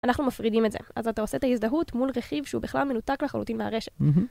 אנחנו מפרידים את זה, אז אתה עושה את ההזדהות מול רכיב שהוא בכלל מנותק לחלוטין מהרשת.